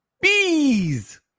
Bees